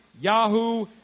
Yahoo